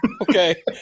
Okay